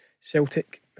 Celtic